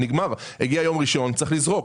הגיע יום ראשון, וצריך לזרוק.